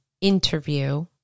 interview